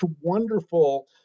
wonderful